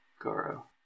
Goro